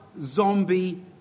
zombie